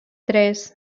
tres